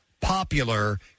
popular